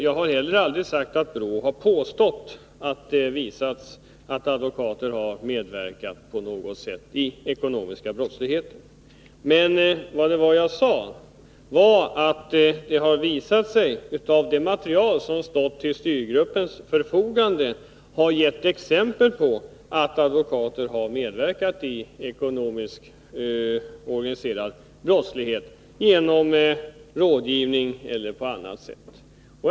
Jag har heller aldrig sagt att BRÅ har påstått att det har visat sig att advokater på något sätt har medverkat i ekonomisk brottslighet. Men vad jag sade var att det har visat sig — detta har det material som stått till styrgruppens förfogande gett exempel på — att advokater genom rådgivning eller på annat sätt har medverkat i organiserad ekonomisk brottslighet.